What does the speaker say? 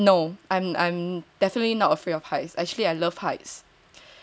no I'm I'm definitely not afraid of heights actually I love heights